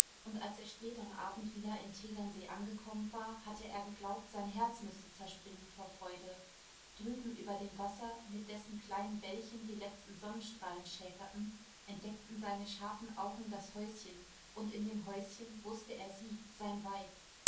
und als er spät am abend wieder in tegernsee angekommen war hatte er geglaubt sein herz müsse zerspringen vor freude drüben über dem wasser mit dessen kleinen wellchen die letzten sonnenstrahlen schäkerten entdeckten seine scharfen augen das häuschen und in dem häuschen wußte er sie sein weib